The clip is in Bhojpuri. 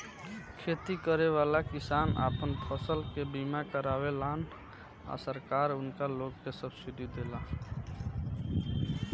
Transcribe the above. खेती करेवाला किसान आपन फसल के बीमा करावेलन आ सरकार उनका लोग के सब्सिडी देले